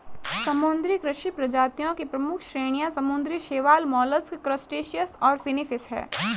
समुद्री कृषि प्रजातियों की प्रमुख श्रेणियां समुद्री शैवाल, मोलस्क, क्रस्टेशियंस और फिनफिश हैं